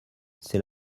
c’est